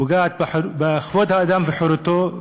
פוגעת בכבוד האדם וחירותו,